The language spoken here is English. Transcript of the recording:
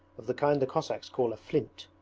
of the kind the cossacks call a flint,